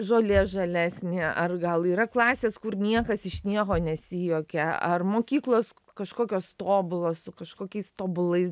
žolė žalesnė ar gal yra klasės kur niekas iš nieko nesijuokia ar mokyklos kažkokios tobulos su kažkokiais tobulais